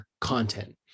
content